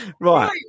Right